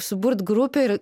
suburt grupę ir